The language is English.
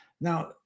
Now